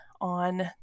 on